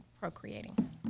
procreating